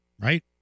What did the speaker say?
right